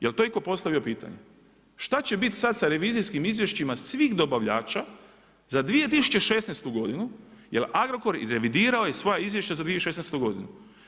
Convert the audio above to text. Jel' to itko postavio pitanje? šta će biti sad sa revizijskim izvješćima svih dobavljača za 2016. godinu jer Agrokor je revidirao svoja izvješća za 2016. godinu?